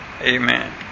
Amen